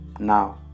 Now